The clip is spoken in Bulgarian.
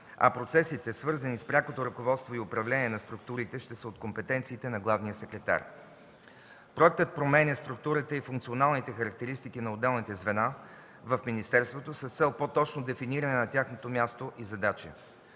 а процесите, свързани с прякото ръководство и управление на структурите, ще са от компетенциите на главния секретар. Проектът променя структурата и функционалните характеристики на отделните звена в министерството с цел по-точно дефиниране на тяхното място и задачи.